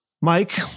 Mike